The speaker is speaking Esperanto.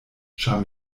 ĉar